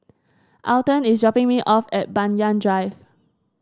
Alton is dropping me off at Banyan Drive